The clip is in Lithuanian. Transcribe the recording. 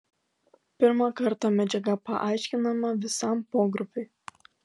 pirmą kartą medžiaga paaiškinama visam pogrupiui